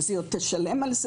אז היא עוד תשלם על זה?